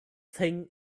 thing